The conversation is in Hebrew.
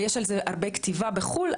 ויש על זה הרבה כתיבה בחו"ל,